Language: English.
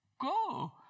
go